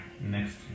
next